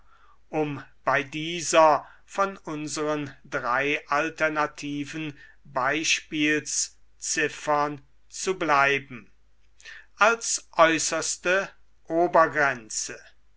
um bei dieser von unseren drei alternativen beispielsziffern zu bleiben als äußerste obergrenze